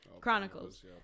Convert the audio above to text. Chronicles